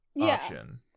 option